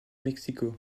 mexico